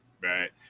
right